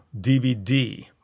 DVD